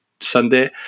Sunday